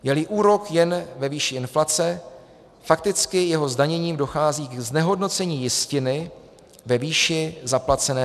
Jeli úrok jen ve výši inflace, fakticky jeho zdaněním dochází ke znehodnocení jistiny ve výši zaplacené daně.